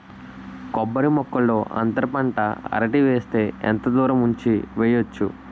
కొబ్బరి మొక్కల్లో అంతర పంట అరటి వేస్తే ఎంత దూరం ఉంచి వెయ్యొచ్చు?